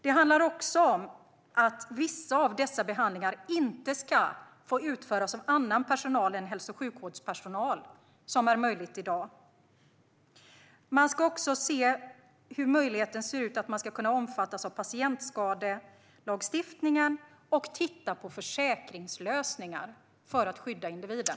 Det handlar också om att vissa behandlingar inte ska få utföras av annan personal än hälso och sjukvårdspersonal, vilket är möjligt i dag. Man ska också se på hur möjligheten ser ut när det gäller att omfattas av patientskadelagstiftningen samt titta på försäkringslösningar för att skydda individen.